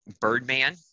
Birdman